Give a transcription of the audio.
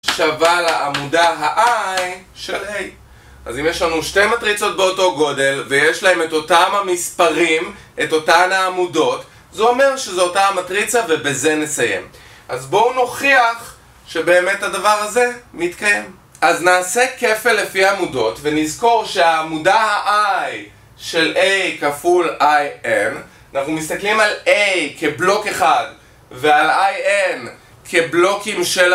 שווה לעמודה ה-I של A אז אם יש לנו שתי מטריצות באותו גודל ויש להן את אותם המספרים את אותן העמודות זה אומר שזו אותה המטריצה ובזה נסיים אז בואו נוכיח שבאמת הדבר הזה מתקיים אז נעשה כפל לפי עמודות ונזכור שהעמודה ה-I של A כפול IN אנחנו מסתכלים על A כבלוק אחד ועל IN כבלוקים של...